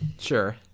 Sure